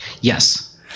Yes